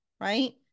right